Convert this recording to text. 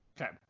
Okay